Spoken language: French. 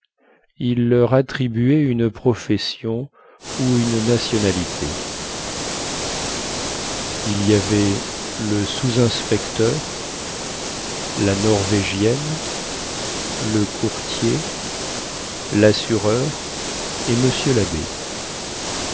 il leur attribuait une profession ou une nationalité il y avait le sous inspecteur la norvégienne le courtier lassureur et monsieur labbé